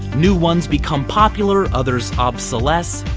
new ones become popular, others obsolesce,